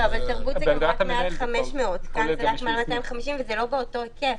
תרבות זה רק מעל 500. כאן זה רק מעל 250 וזה לא באותו היקף.